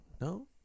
No